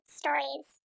stories